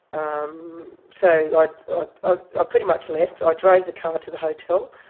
um so i ah ah ah pretty much left, i drove the car to the hotel,